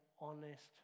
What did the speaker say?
honest